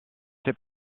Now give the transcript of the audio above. fait